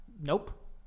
Nope